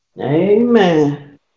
Amen